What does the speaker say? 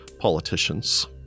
politicians